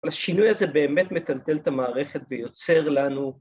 ‫אבל השינוי הזה באמת מטלטל ‫את המערכת ויוצר לנו...